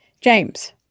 James